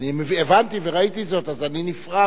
הבנתי וראיתי זאת, אז אני נפעם